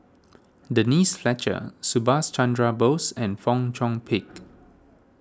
Denise Fletcher Subhas Chandra Bose and Fong Chong Pik